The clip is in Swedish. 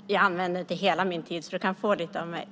Herr talman! Jag använde inte hela min talartid, så Lars Elinderson kan få lite av mig!